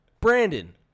Brandon